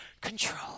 control